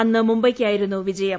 അന്ന് മുംബൈയ്ക്കായിരുന്നു ജയം